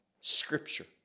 scripture